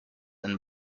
and